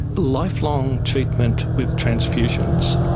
lifelong treatment with transfusions,